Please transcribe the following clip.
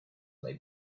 may